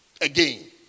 again